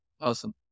Awesome